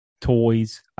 Toys